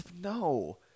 no